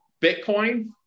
Bitcoin